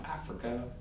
Africa